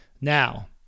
Now